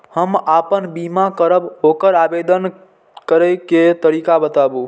हम आपन बीमा करब ओकर आवेदन करै के तरीका बताबु?